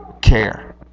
care